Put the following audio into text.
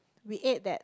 we ate that